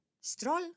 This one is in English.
stroll